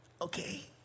okay